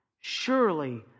surely